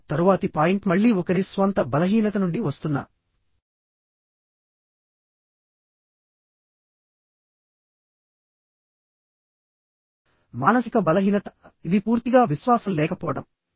ఇప్పుడు తరువాతి పాయింట్ మళ్ళీ ఒకరి స్వంత బలహీనత నుండి వస్తున్న మానసిక బలహీనత ఇది పూర్తిగా విశ్వాసం లేకపోవడం